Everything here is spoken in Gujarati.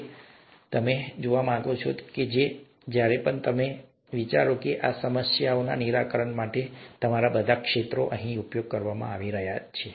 તેથી તમે આ જોવા માગો છો અને જ્યારે તમે આ જોઈ રહ્યા હોવ ત્યારે વિચારો કે આ સમસ્યાઓના નિરાકરણ માટે તમારા બધા ક્ષેત્રોનો અહીં ઉપયોગ કરવામાં આવી રહ્યો છે